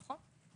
נכון.